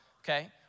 okay